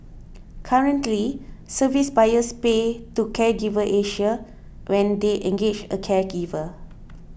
currently service buyers pay to Caregiver Asia when they engage a caregiver